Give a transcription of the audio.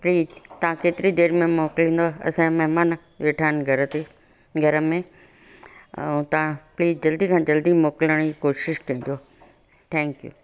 please तव्हां केतिरी देरि में मोकिलींदो असांजा महिमान वेठा आहिनि घर ते घर में ऐं तव्हां प्लीज जल्दी खां जल्दी मोकिलण जी कोशिशि कजो थैंक्यू